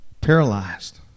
paralyzed